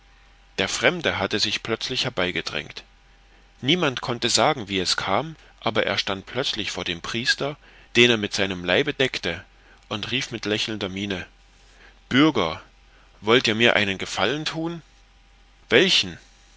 der fremde hatte sich herbeigedrängt niemand konnte sagen wie es kam aber er stand plötzlich vor dem priester den er mit seinem leibe deckte und rief mit lächelnder miene bürger wollt ihr mir einen gefallen thun welchen